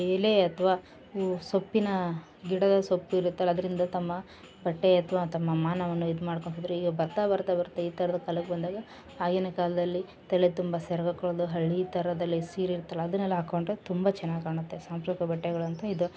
A ಎಲೆ ಅಥ್ವ ಉ ಸೊಪ್ಪಿನ ಗಿಡದ ಸೊಪ್ಪು ಇರುತ್ತಲ್ಲ ಅದರಿಂದ ತಮ್ಮ ಪಟ್ಟೆ ಅಥ್ವ ತಮ್ಮ ಮಾನವನ ಇದು ಮಾಡ್ಕೊತಿದ್ರು ಈಗ ಬರ್ತಾ ಬರ್ತಾ ಬರ್ತಾ ಈ ಥರದ ಕಾಲಕ್ಕೆ ಬಂದಾಗ ಆಗಿನ ಕಾಲದಲ್ಲಿ ತಲೆ ತುಂಬ ಸೆರಗು ಹಾಕೊಳ್ಳೋದು ಹಳ್ಳಿ ಥರದಲ್ಲಿ ಸೀರೆ ಇರುತ್ತಲ್ಲ ಅದನ್ನೆಲ್ಲ ಹಾಕೊಂಡ್ರೆ ತುಂಬ ಚೆನ್ನಾಗ್ ಕಾಣುತ್ತೆ ಸಾಂಪ್ರಕ ಬಟ್ಟೆಗಳು ಅಂತ ಇದು